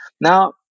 Now